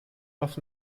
oft